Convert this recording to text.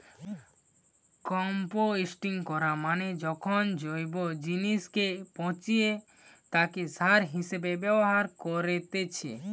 composting করা মানে যখন জৈব জিনিসকে পচিয়ে তাকে সার হিসেবে ব্যবহার করেতিছে